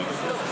לא.